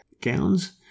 gowns